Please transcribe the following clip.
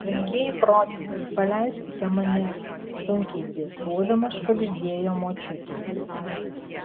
brangieji protėviai paleiskite mane sunkiai dvėsuodama švagždėjo močiutė